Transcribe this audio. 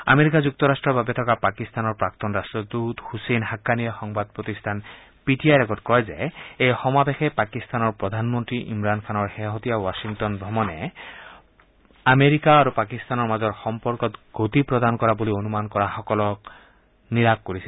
America যুক্তৰাষ্টৰ বাবে থকা পাকিস্তানৰ প্ৰাক্তন ৰাষ্টদৃত ছছেইন হাক্কানিয়ে সংবাদ প্ৰতিষ্ঠান পি টি আইৰ আগত কয় যে এই সমাৱেশে পাকিস্তানৰ প্ৰধানমন্ত্ৰী ইমৰান খানৰ শেহতীয়া ৱাখিংটন ভ্ৰমণে আমেৰিকা আৰু পাকিস্তানৰ মাজৰ সম্পৰ্কত গতি প্ৰদান কাৰ বুলি অনুমান কৰাসকলক নিৰাশ কৰিছে